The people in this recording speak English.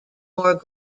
more